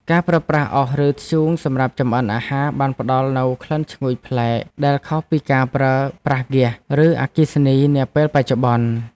ការប្រើប្រាស់អុស ឬធ្យូងសម្រាប់ចម្អិនអាហារបានផ្ដល់នូវក្លិនឈ្ងុយប្លែកដែលខុសពីការប្រើប្រាស់ហ្គាស ឬអគ្គិសនីនាពេលបច្ចុប្បន្ន។